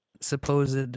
supposed